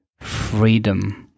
freedom